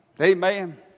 Amen